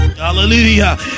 hallelujah